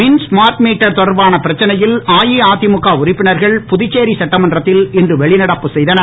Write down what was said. மின் smart meter தொடர்பான பிரச்சனையில் அஇஅதிமுக உறுப்பினர்கள் புதுச்சேரி சட்டமன்றத்தில் இன்று வெளிநடப்பு செய்தனர்